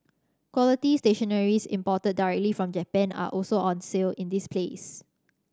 quality stationery's imported directly from Japan are also on sale in this place